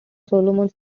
solomons